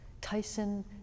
Tyson